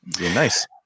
nice